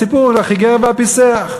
הסיפור על החיגר והפיסח,